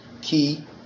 Key